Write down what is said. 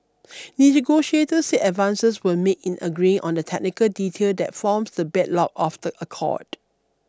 negotiators said advances were made in agreeing on the technical detail that forms the bedrock of the accord